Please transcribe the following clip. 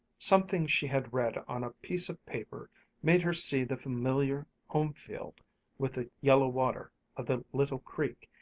something she had read on a piece of paper made her see the familiar home field with the yellow water of the little creek,